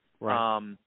Right